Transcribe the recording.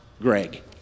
Greg